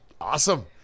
Awesome